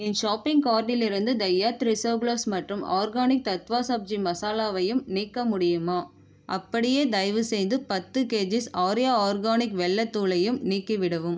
என் shopping கார்ட்டிலிருந்து the earth reserve gloves மற்றும் organic Tattva sabzi மசாலாவையும் நீக்க முடியுமா அப்படியே தயவுசெய்து பத்து கேஜிஸ் ஆர்யா ஆர்கானிக் வெல்லத் தூளையும் நீக்கிவிடவும்